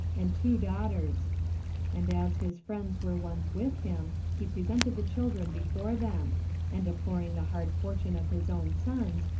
and two daughters and as his friends were once with him, he presented the children before them and deploring the hard fortune of his own sons,